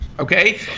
Okay